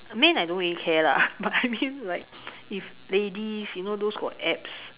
men I don't really care lah but I mean like if ladies you know those got abs